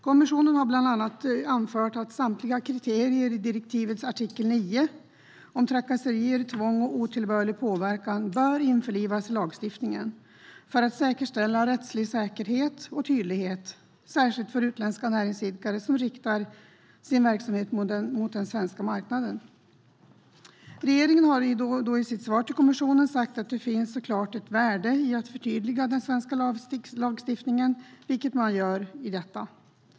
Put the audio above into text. Kommissionen har bland annat anfört att samtliga kriterier i direktivets artikel 9 om trakasserier, tvång och otillbörlig påverkan bör införlivas i lagstiftningen för att säkerställa rättslig säkerhet och tydlighet, särskilt för utländska näringsidkare som riktar sin verksamhet mot den svenska marknaden. Regeringen har i sitt svar till kommissionen sagt att det såklart finns ett värde i att förtydliga den svenska lagstiftningen, vilket man också gör i denna.